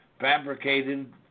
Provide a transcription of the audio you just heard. Fabricated